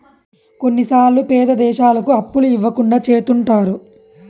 కొన్నిసార్లు పేద దేశాలకు అప్పులు ఇవ్వకుండా చెత్తుంటారు